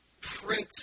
print